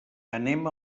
anem